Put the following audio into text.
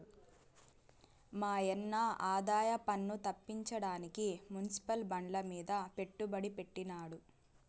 మాయన్న ఆదాయపన్ను తప్పించడానికి మునిసిపల్ బాండ్లమీద పెట్టుబడి పెట్టినాడు